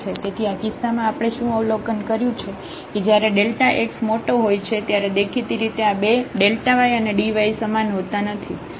તેથી આ કિસ્સામાં આપણે શું અવલોકન કર્યું છે કે જયારે x મોટો હોય છે ત્યારે દેખીતી રીતે આ બે y અને dy સમાન હોતા નથી